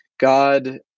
God